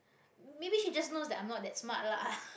maybe she just knows I'm not that smart lah